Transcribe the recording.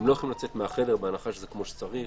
הם לא יכולים לצאת מהחדר, בהנחה שזה כמו שצריך.